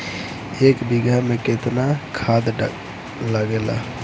एक बिगहा में केतना खाद लागेला?